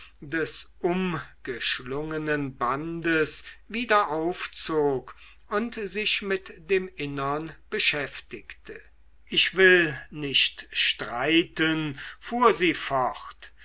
des umgeschlungenen bandes wieder aufzog und sich mit dem innern beschäftigte ich will nicht streiten fuhr sie fort